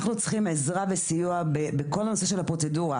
אנחנו צריכים עזרה בסיוע בכל נושא של הפרוצדורה